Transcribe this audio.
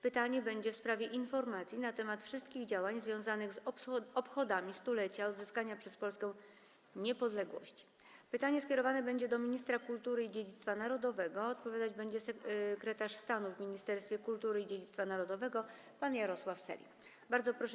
Pytanie dotyczy informacji na temat wszystkich działań związanych z obchodami 100-lecia odzyskania przez Polskę niepodległości i jest kierowane do ministra kultury i dziedzictwa narodowego, a odpowiadać będzie sekretarz stanu w Ministerstwie Kultury i Dziedzictwa Narodowego pan Jarosław Sellin.